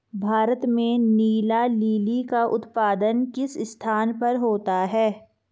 भारत में नीला लिली का उत्पादन किस स्थान पर होता है?